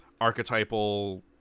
archetypal